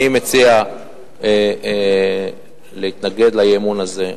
אני מציע להתנגד לאי-אמון הזה.